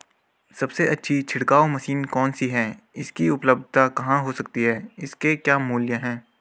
सबसे अच्छी छिड़काव मशीन कौन सी है इसकी उपलधता कहाँ हो सकती है इसके क्या मूल्य हैं?